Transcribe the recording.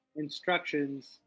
Instructions